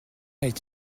est